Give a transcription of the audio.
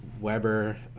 Weber